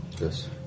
Yes